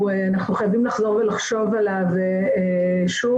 אנחנו חייבים לחזור ולחשוב עליו שוב,